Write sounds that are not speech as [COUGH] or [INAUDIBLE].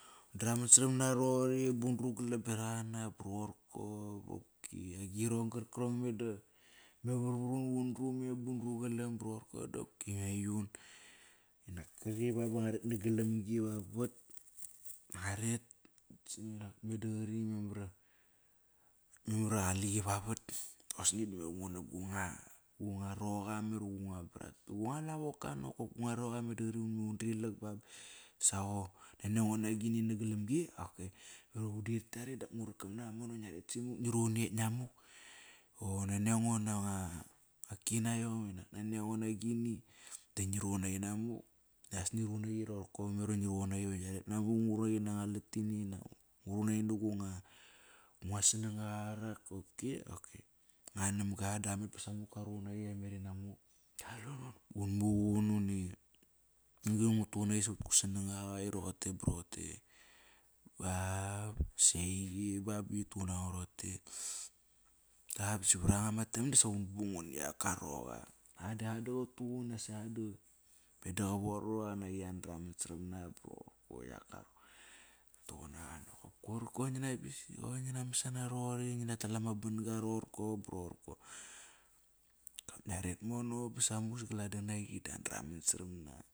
Undraman saram na roqori ba undru galam berak ana ba rorko bopki agirong karkarong imeda [UNINTELLIGIBLE] undru galam ba rorko dopki aiun. Nak kri ba, ba ngua ret nagal lam gi vavat, ba ngua ret. [UNINTELLIGIBLE] memar iva qaliqi vavat. Osni da ngua gonga roqa, memar gua nga brata, ura nga lavoka nokop guanga roqa meda qari undrilak ba basoqo Naniango nagini nagalam gi okay, udir ktiare dap ngu rakap naqa mono ngia ret simuk ngi ekt namuk. Nani ango nanga kina iom inak nani ango na gini. Da ngi ruqun naqi namuk. As ngiruqun naqi rorko. Memar iva ngi ruqun naqi va qia ret namuk iva ngurun naqi sango latini, inak nguruqun naqi na gu anga snangaqa. [UNINTELLIGIBLE] Ngua namga, qamet ba samulk, karuqun naqi, an merinamuk, kalilun, un muqun. [UNINTELLIGIBLE] Ron-gri ngutuqunaqi savat gu snangaqa iroqote ba roqote ba, ba si aiqi ba bi qituqun nango roqote. A bosi varango ma time dun bung nguniak gua roqa. [UNINTELLIGIBLE] Meda qavorvat iva qanaqi andraman saram na [HESITATION] ngu tuqun naqa koir ngina bisi. Qoir ngina masana roqori ngina tal ama ban-ga rorko ba rorko. Nakop ngia ret mono sagaladang naqi da andraman saram na.